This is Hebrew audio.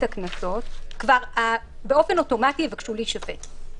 הקנסות כבר באופן אוטומטי יבקשו להישפט,